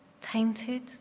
tainted